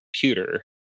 computer